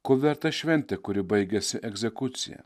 ko verta šventė kuri baigiasi egzekucija